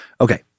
Okay